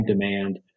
demand